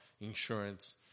insurance